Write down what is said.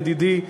ידידי,